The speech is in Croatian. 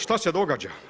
Šta se događa?